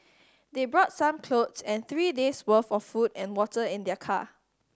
they brought some clothes and three days' worth of food and water in their car